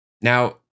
Now